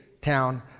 town